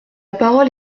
parole